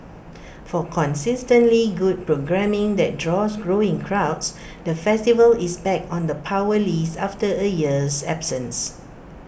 for consistently good programming that draws growing crowds the festival is back on the power list after A year's absence